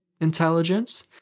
intelligence